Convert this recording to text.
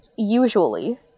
usually